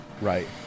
Right